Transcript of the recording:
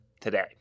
today